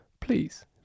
please